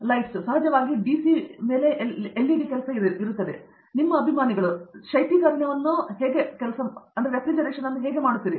lights ಸಹಜವಾಗಿ DC ಮೇಲೆ LED ಕೆಲಸ ನಿಮ್ಮ ಅಭಿಮಾನಿಗಳು ನಿಮ್ಮ ಶೈತ್ಯೀಕರಣವನ್ನು ನೀವು ಹೇಗೆ ಮಾಡುತ್ತೀರಿ